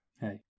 hey